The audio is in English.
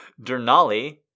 Dernali